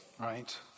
right